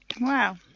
Wow